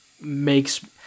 makes